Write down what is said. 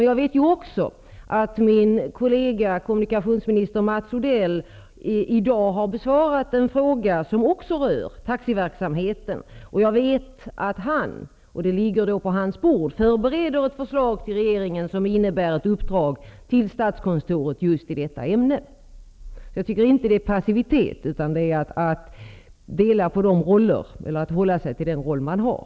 Jag vet också att min kollega, kommunikationsminister Mats Odell, i dag har besvarat en fråga som även den rör taxiverksamheten. Jag vet att han, och det ligger på hans bord, förbereder ett förslag till regeringen som innebär ett uppdrag till statskontoret just i detta ämne. Jag tycker inte att det är passivitet. Det är att hålla sig till den roll man har.